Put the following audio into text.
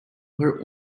her